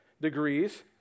degrees